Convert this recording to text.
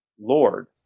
Lord